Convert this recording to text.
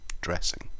dressing